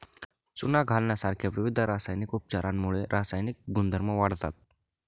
चुना घालण्यासारख्या विविध रासायनिक उपचारांमुळे रासायनिक गुणधर्म वाढतात